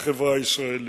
בחברה הישראלית.